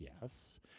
yes